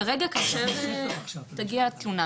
כרגע כאשר תגיע התלונה,